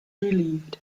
relieved